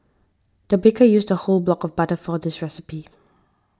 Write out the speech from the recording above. the baker used a whole block of butter for this recipe